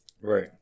right